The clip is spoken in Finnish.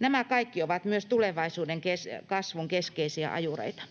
Nämä kaikki ovat myös tulevaisuuden kasvun keskeisiä ajureita.